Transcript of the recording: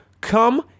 Come